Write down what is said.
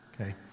Okay